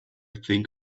think